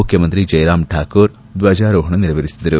ಮುಖ್ಯಮಂತ್ರಿ ಜ್ನೆರಾಂ ಠಾಕೂರ್ ಧ್ವಜಾರೋಹಣ ನೆರವೇರಿಸಿದರು